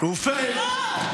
מה אתה אומר,